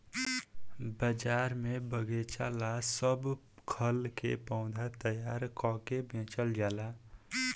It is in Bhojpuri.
बाजार में बगएचा ला सब खल के पौधा तैयार क के बेचल जाला